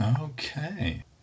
Okay